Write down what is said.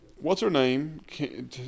What's-her-name